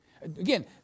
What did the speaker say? Again